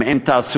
אם אין תעסוקה,